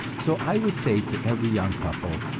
so i would say to every young couple,